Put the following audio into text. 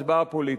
להצבעה פוליטית.